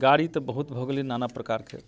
गाड़ी तऽ बहुत भऽ गेलै नाना प्रकारके